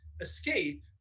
escape